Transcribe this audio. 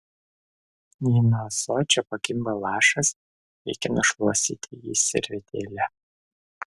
jei nuo ąsočio pakimba lašas reikia nušluostyti jį servetėle